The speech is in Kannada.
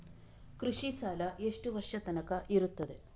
ಕೃಷಿ ಸಾಲ ಎಷ್ಟು ವರ್ಷ ತನಕ ಇರುತ್ತದೆ?